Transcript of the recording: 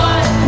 One